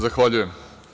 Zahvaljujem.